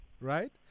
right